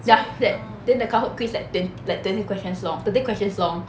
then after that then the kahoot quiz like dam~ like twenty questions long thirty questions long